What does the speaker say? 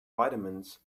vitamins